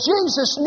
Jesus